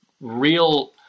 real